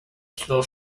still